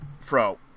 Fro